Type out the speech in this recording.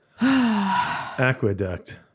Aqueduct